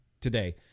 today